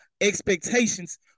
expectations